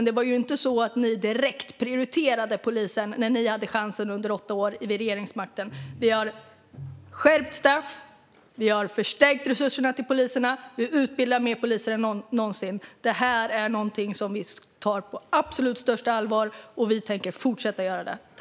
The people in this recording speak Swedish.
Det var ju inte så att ni direkt prioriterade polisen när ni hade chansen under åtta år vid regeringsmakten. Vi har skärpt straffen. Vi har förstärkt resurserna till poliserna. Vi utbildar fler poliser än någonsin. Det här är någonting som vi tar på absolut största allvar, och vi tänker fortsätta att göra det.